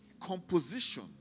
composition